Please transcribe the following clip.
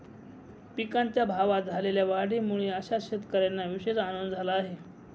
पिकांच्या भावात झालेल्या वाढीमुळे अशा शेतकऱ्यांना विशेष आनंद झाला आहे